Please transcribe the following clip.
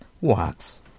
works